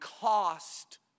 cost